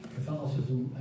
Catholicism